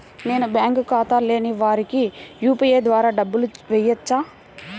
నేను బ్యాంక్ ఖాతా లేని వారికి యూ.పీ.ఐ ద్వారా డబ్బులు వేయచ్చా?